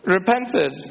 repented